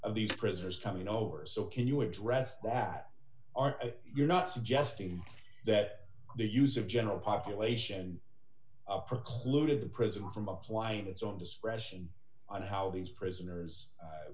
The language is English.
of these prisoners coming over so can you address that are you're not suggesting that the use of general population precluded the president from applying its own discretion on how these prisoners